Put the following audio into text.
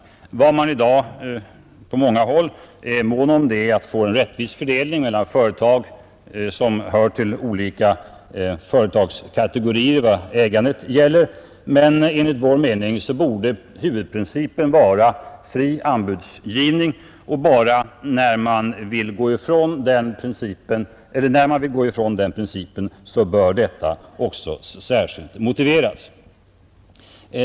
Man är i dag på många håll mån om att få en rättvis fördelning mellan företag som hör till olika kategorier vad gäller ägandet. Enligt vår mening borde dock huvudprincipen vara fri anbudsgivning, och när någon vill gå ifrån den principen bör detta också särskilt motiveras.